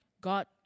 God